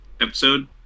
episode